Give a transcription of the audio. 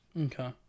Okay